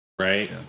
right